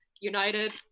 United